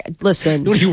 Listen